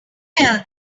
tell